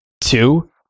Two